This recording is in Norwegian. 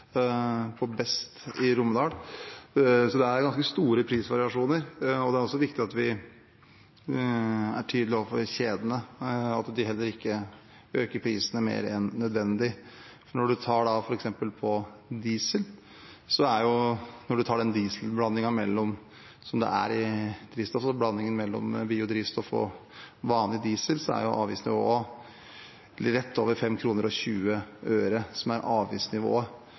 på Best i Romedal. Så det er ganske store prisvariasjoner. Det er også viktig at vi er tydelige overfor kjedene, at heller ikke de øker prisene mer enn nødvendig. Når man tar f.eks. dieselblandingen mellom biodrivstoff og vanlig diesel, er avgiften rett over 5,20 kr – som er avgiftsnivået. Det